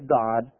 God